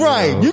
Right